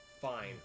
fine